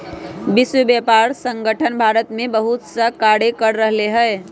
विश्व व्यापार संगठन भारत में बहुतसा कार्य कर रहले है